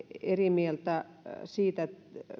eri mieltä siitä